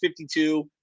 52